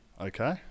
Okay